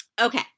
Okay